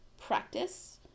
practice